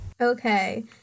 Okay